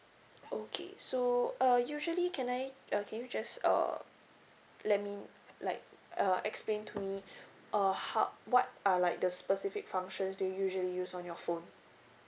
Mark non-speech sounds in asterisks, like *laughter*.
okay so uh usually can I okay just uh let me like uh explain to *noise* me *breath* uh ho~ what are like the specific functions do you usually use on your phone